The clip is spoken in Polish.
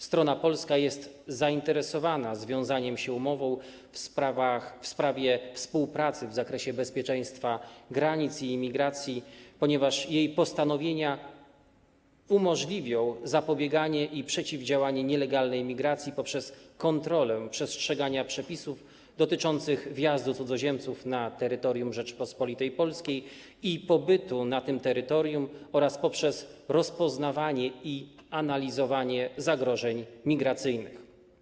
Strona polska jest zainteresowana związaniem się umową w sprawie współpracy w zakresie bezpieczeństwa granic i imigracji, ponieważ jej postanowienia umożliwią zapobieganie i przeciwdziałanie nielegalnej imigracji poprzez kontrolę przestrzegania przepisów dotyczących wjazdu cudzoziemców na terytorium Rzeczypospolitej Polskiej i pobytu na tym terytorium oraz poprzez rozpoznawanie i analizowanie zagrożeń migracyjnych.